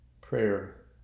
prayer